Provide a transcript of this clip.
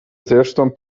zresztą